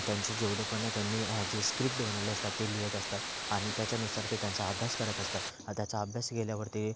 त्यांचे जेवढे पण त्यांनी जी स्क्रिप्ट बनवली असतात ते लिहीत असतात आणि त्याच्यानुसार ते त्यांचा अभ्यास करत असतात आणि त्याचा अभ्यास केल्यावरती